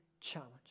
challenge